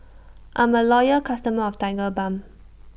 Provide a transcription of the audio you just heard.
I'm A Loyal customer of Tigerbalm